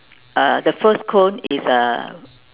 uh the first cone is uh